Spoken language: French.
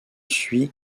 suit